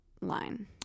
line